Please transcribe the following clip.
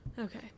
Okay